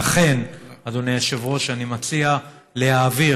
אדוני היושב-ראש, לכן אני מציע להעביר